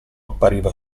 appariva